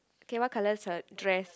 okay what color is her dress